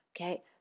Okay